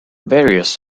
various